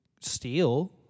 steal